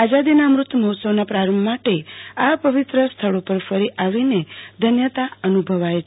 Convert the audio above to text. આઝાદી અમૃત મહોત્સવના પ્રારંભ માટે આ પવિત્ર સ્થળો પર ફરી આવીને ધન્યતા અનુભવાય છે